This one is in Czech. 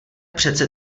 přece